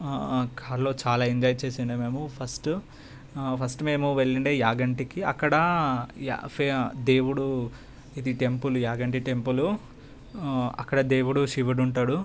కార్లో చాలా ఎంజాయ్ చేసిండే మేము ఫస్ట్ ఫస్ట్ మేము వెళ్ళిండే యాగంటికీ అక్కడ దేవుడు ఇది టెంపుల్ యాగంటి టెంపుల్ అక్కడ దేవుడు శివుడు ఉంటాడు